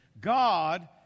God